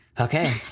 okay